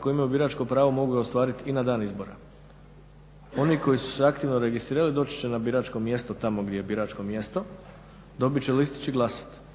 koji imaju biračko pravo mogu ga ostvariti i na dan izbora. Oni koji su se aktivno registrirali doći će na biračko mjesto tamo gdje je biračko mjesto, dobit će listić i glasati.